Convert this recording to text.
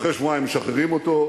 אחרי שבועיים משחררים אותו,